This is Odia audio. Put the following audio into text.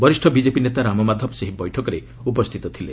ବରିଷ୍ଣ ବିଜେପି ନେତା ରାମମାଧବ ସେହି ବୈଠକରେ ଉପସ୍ଥିତ ଥିଲେ